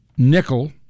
Nickel